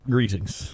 Greetings